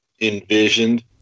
envisioned